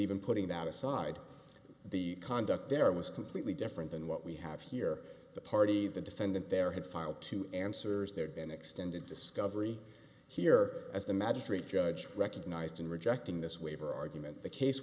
even putting that aside the conduct there was completely different than what we have here the party the defendant there had filed two answers there'd been extended discovery here as the magistrate judge recognized in rejecting this waiver argument the case